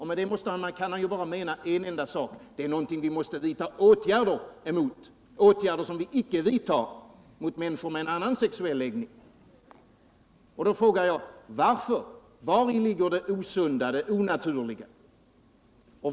Med det kan han bara mena en enda sak: Detta är någonting som vi måste vidta åtgärder mot, åtgärder som vi icke vidtar mot människor med en annan sexuell läggning. Då frågar jag: Vari ligger det osunda och onaturliga?